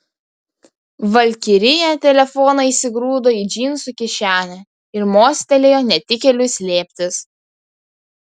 valkirija telefoną įsigrūdo į džinsų kišenę ir mostelėjo netikėliui slėptis